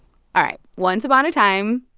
all right. once upon a time,